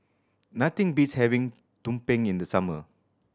nothing beats having tumpeng in the summer